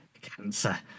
Cancer